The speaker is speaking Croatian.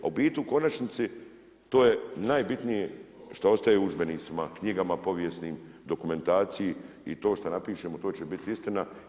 A u biti u konačnici to je najbitnije što ostaje u udžbenicima, knjigama povijesnim, dokumentaciji i to šta napišemo to će bit istina.